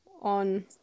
On